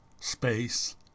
space